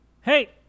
Hey